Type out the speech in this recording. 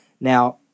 Now